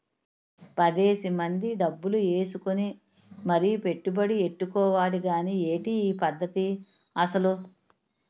పదేసి మంది డబ్బులు ఏసుకుని మరీ పెట్టుబడి ఎట్టుకోవాలి గానీ ఏటి ఈ పద్దతి అసలు?